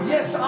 Yes